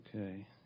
Okay